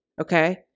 Okay